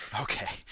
Okay